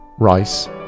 rice